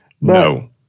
No